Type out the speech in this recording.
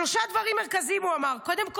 שלושה דברים מרכזיים הוא אמר: קודם כול,